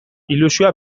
ilusioa